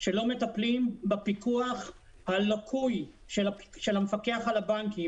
כשלא מטפלים בפיקוח הלקוי של המפקח על הבנקים,